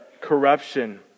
corruption